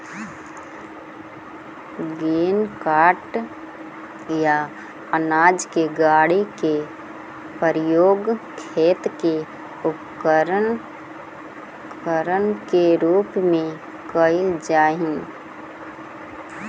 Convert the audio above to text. grain cart या अनाज के गाड़ी के प्रयोग खेत के उपकरण के रूप में कईल जा हई